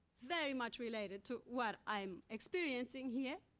very much related to what i am experiencing here.